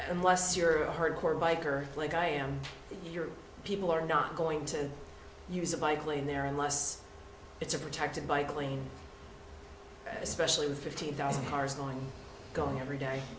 unless you're a hardcore biker like i am your people are not going to use a bike lane there unless it's a protected bike lane especially with fifty thousand cars going going every day